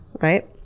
Right